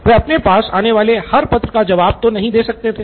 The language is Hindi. वह अपने पास आने वाले हर पत्र का जवाब तो नहीं दे सकते थे